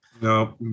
No